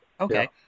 okay